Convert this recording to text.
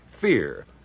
fear